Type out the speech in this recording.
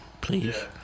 please